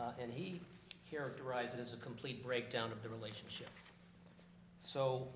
on and he characterized it as a complete breakdown of the relationship so